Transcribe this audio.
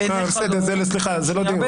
זה לא לדיון.